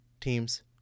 Teams